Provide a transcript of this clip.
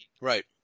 Right